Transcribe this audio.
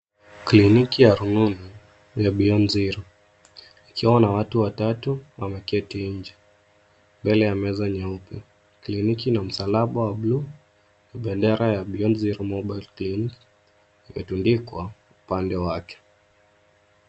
Kliniki ya rununu ya Beyond Zero , ikiwa na watu watatu wameketi nje, mbele ya meza nyeupe. Kliniki na msalaba wa blue na bendera ya Beyond Mobile Clinic umetundikwa upande wake.